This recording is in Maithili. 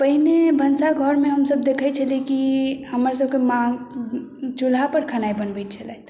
पहिने भनसा घरमे हमसभ देखैत छलियै कि हमरसभके माँ चूल्हापर खेनाइ बनबैत छलथि